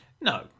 No